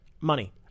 money